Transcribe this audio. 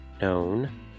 known